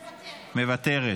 מוותרת,